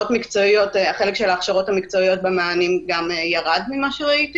והחלק של ההכשרות המקצועיות גם ירד ממה שראיתי.